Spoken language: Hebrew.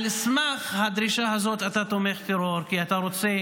על סמך הדרישה הזאת אתה תומך טרור כי אתה רוצה